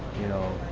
you know?